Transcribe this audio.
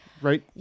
right